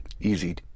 easy